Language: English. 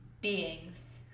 beings